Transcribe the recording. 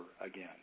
again